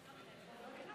השאלה איך, איך,